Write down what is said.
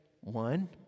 One